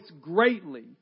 greatly